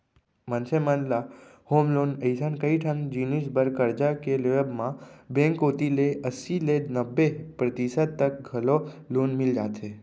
मनसे मन ल होम लोन असन कइ ठन जिनिस बर करजा के लेवब म बेंक कोती ले अस्सी ले नब्बे परतिसत तक घलौ लोन मिल जाथे